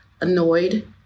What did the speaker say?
annoyed